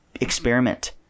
experiment